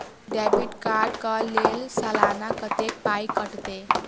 Debit card कऽ लेल सलाना कत्तेक पाई कटतै?